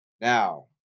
Now